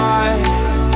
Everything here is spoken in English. eyes